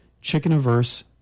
chicken-averse